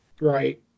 Right